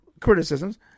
criticisms